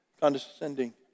Condescending